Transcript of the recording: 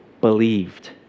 believed